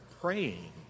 praying